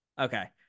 Okay